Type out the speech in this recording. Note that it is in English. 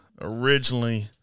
originally